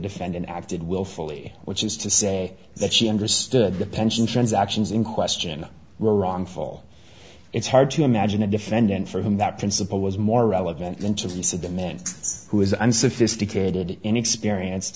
defendant acted willfully which is to say that she understood the pension transactions in question were wrongful it's hard to imagine a defendant for whom that principle was more relevant interview said the man who is unsophisticated inexperienced